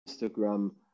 Instagram